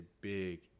big